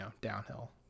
downhill